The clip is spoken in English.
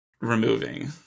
removing